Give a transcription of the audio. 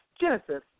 Genesis